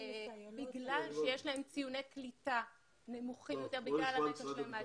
בגלל שיש להם ציוני קליטה נמוכים יותר בגלל הרקע שלהם.